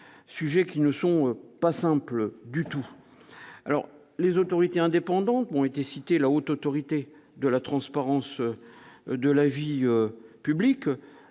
sujets qui ne sont pas simple du tout, alors, les autorités indépendantes ont été cités, la Haute autorité de la transparence de la vie publique,